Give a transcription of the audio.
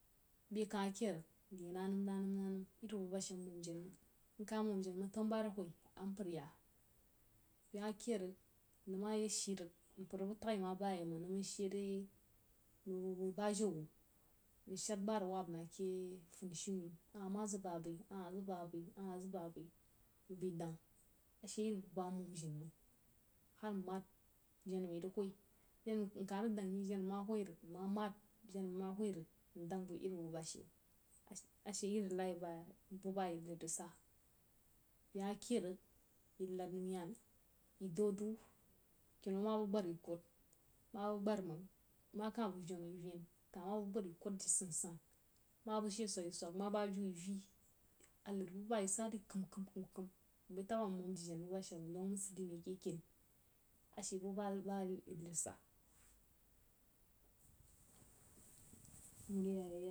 Beh ka ma ked rig na-nəm, na-nəm yin bu bashe nmomjenməng tannu-bubain awhoi nka yəg beh ma keid rig nəng ma ye shi rig mpər bu tag-í. Na bayai məng nəng man shire yei nəng bəg-bəg ba jou wuh nəng shəd ba rig wab nəng ke funisumen aha ma zik baá bai aha zik bań bai mbai dəng, ashe yan̄ buba nmomjumag har nmad jenna mai rig hwai nka rig dəng myi jenna mai ma hwoi ndəng ri bubashe ashe iri lie ba bubba ye bəg wu rig sa, behma keid rig inəd nau yane yi doudow, kinau ma bəg bgar yi kwad ma bəg byar məng ma ka bəg venu yi ven ma gbar yi kwad di sansan ma bəg she swagi yi-swag ma bəg ajiu yi vi, ahan bubba yi sa ri kəm-kəm mbani tabba nmomjennəng bubba she man sid mai ke kini.